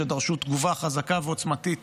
שדרשו תגובה חזקה ועוצמתית